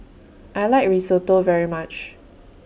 I like Risotto very much